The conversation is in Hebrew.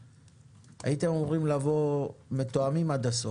הייתם אמורים לבוא מתואמים עד הסוף,